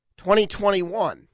2021